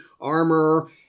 armor